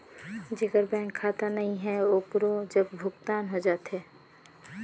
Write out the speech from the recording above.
जेकर बैंक खाता नहीं है ओकरो जग भुगतान हो जाथे?